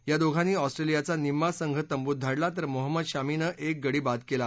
या दोंघांनी ऑस्ट्रेशियांचा निम्मा संघ तंबुत धाडला तर मोहम्मद शमीनं एक गडी बाद कली